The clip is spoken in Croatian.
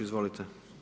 Izvolite.